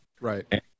Right